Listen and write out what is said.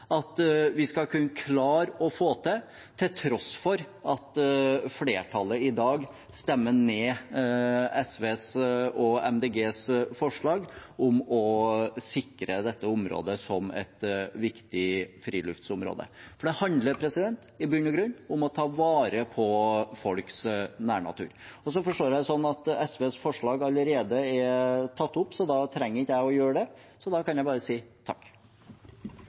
at vi skal kunne klare å få til, til tross for at flertallet i dag stemmer ned SV og Miljøpartiet De Grønnes forslag om å sikre dette området som et viktig friluftslivsområde. Det handler i bunn og grunn om å ta vare på folks nærnatur. Jeg forstår det sånn at SVs forslag allerede er tatt opp, så da trenger jeg ikke å gjøre det, jeg kan bare si takk.